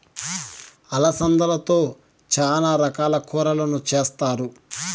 అలసందలతో చానా రకాల కూరలను చేస్తారు